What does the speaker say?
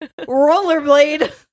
rollerblade